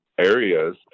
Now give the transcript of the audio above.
areas